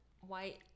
white